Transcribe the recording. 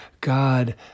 God